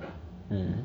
嗯